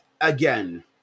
again